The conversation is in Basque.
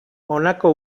honako